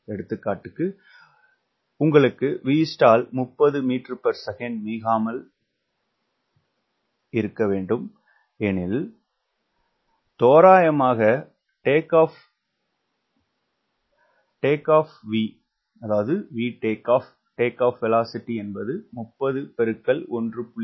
எ டு உமக்கு Vstall 30 ms மிகாமல் இருக்கக்கூடாது எனில் தோராயமாக VTO என்பது 30 பெருக்கல் 1